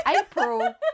April